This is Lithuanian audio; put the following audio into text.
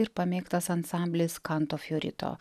ir pamėgtas ansamblis kanto fiorito